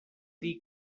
dir